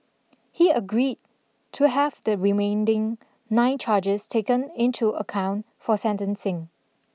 he agreed to have the remainding nine charges taken into account for sentencing